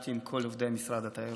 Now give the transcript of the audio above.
סיימתי עם כל עובדי משרד התיירות.